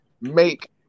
make